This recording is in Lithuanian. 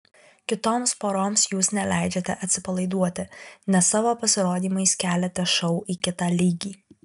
kitoms poroms jūs neleidžiate atsipalaiduoti nes savo pasirodymais keliate šou į kitą lygį